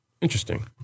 Interesting